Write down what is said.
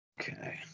Okay